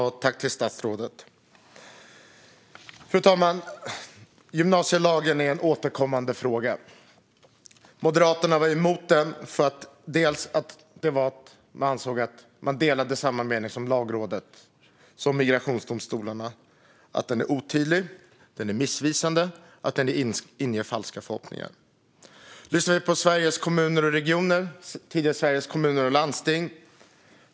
Fru talman! Jag tackar statsrådet för svaret. Gymnasielagen är en återkommande fråga. Moderaterna var emot den och delade Lagrådets och migrationsdomstolarnas mening. Den är otydlig och missvisande och inger falska förhoppningar. Kritiken var densamma från Sveriges Kommuner och Regioner, då Sveriges Kommuner och Landsting.